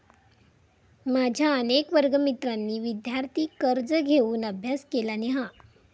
माझ्या अनेक वर्गमित्रांनी विदयार्थी कर्ज घेऊन अभ्यास केलानी हा